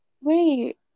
Wait